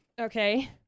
Okay